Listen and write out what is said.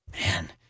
Man